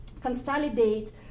consolidate